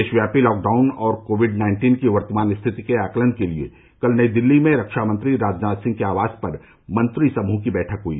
देशव्यापी लॉकडाउन और COVID nineteen की वर्तमान स्थिति के आकलन के लिए कल नई दिल्ली में रक्षामंत्री राजनाथ सिंह के आवास पर मंत्री समूह की बैठक हुई